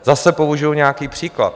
Zase použiju nějaký příklad.